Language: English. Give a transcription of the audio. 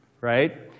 right